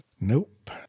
nope